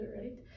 right